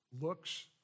looks